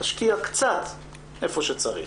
תשקיע קצת איפה שצריך.